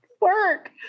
work